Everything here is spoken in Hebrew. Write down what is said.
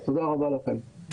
תודה רבה לכם.